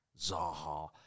Zaha